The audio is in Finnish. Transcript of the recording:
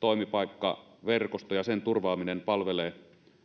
toimipaikkaverkosto ja sen turvaaminen palvelevat